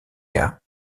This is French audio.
cas